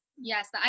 Yes